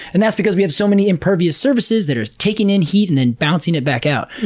and that's because we have so many impervious surfaces that are taking in heat and then bouncing it back out.